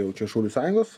jau čia šaulių sąjungos